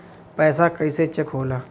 पैसा कइसे चेक होला?